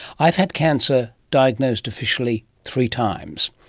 i've had cancer diagnosed officially three times.